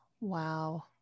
Wow